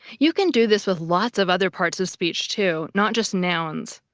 you can do this with lots of other parts of speech too, not just nouns.